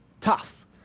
tough